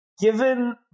given